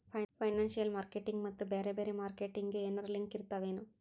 Financial marketing ಮತ್ತ ಬ್ಯಾರೆ ಬ್ಯಾರೆ ಮಾರ್ಕೆಟಿಂಗ್ ಗೆ ಏನರಲಿಂಕಿರ್ತಾವೆನು?